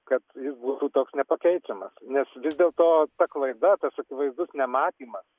kad jis būtų toks nepakeičiamas nes vis dėlto ta klaida tas akivaizdus nematymas